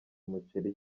umuceri